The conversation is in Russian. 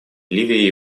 ливия